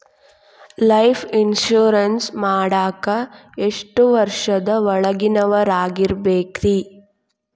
Life insurance ಮಾಡಾಕ ಎಷ್ಟು ವರ್ಷದ ಒಳಗಿನವರಾಗಿರಬೇಕ್ರಿ?